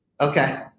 Okay